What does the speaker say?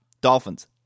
Dolphins